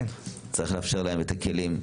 צריך לאפשר להן את הכלים.